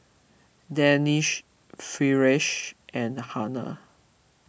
Danish Firash and Hana